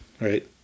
right